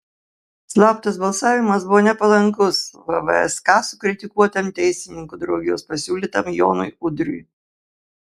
slaptas balsavimas buvo nepalankus vvsk sukritikuotam teisininkų draugijos pasiūlytam jonui udriui